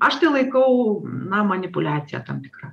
aš tai laikau na manipuliacija tam tikra